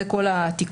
זה כל התיקון.